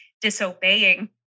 disobeying